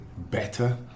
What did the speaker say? Better